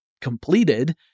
completed